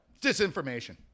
disinformation